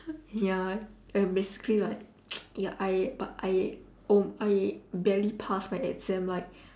ya and basically like ya I but I oh I barely passed my exam like